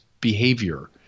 behavior